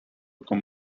con